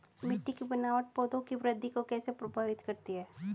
मिट्टी की बनावट पौधों की वृद्धि को कैसे प्रभावित करती है?